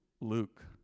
Luke